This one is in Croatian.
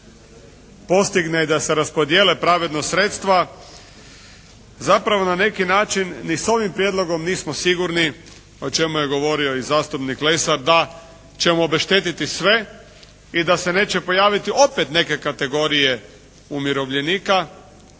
postigne i da se raspodijele pravedno sredstva zapravo na neki način ni s ovim prijedlogom nismo sigurni o čemu je govorio i zastupnik Lesar, da ćemo obeštetiti sve i da se neće pojaviti opet neke kategorije umirovljenika